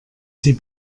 sie